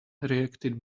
reacted